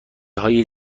های